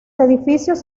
edificios